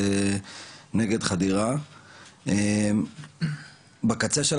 אם תסתכל